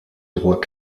droit